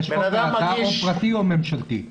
יש כאן הצעה פרטית וממשלתית.